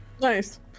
nice